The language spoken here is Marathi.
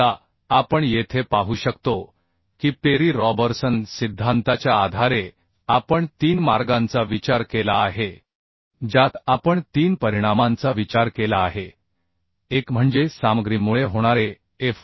आता आपण येथे पाहू शकतो की पेरी रॉबर्सन सिद्धांताच्या आधारे आपण तीन मार्गांचा विचार केला आहे ज्यात आपण तीन परिणामांचा विचार केला आहे एक म्हणजे सामग्रीमुळे होणारे एफ